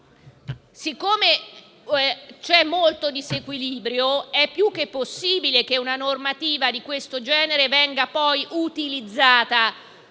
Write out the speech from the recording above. perché c'è molto disequilibrio ed è più che possibile che una normativa di questo genere venga poi utilizzata